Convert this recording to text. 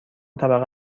طبقه